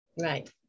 right